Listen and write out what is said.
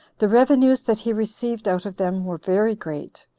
the revenues that he received out of them were very great,